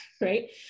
right